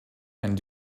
and